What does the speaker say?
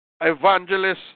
evangelists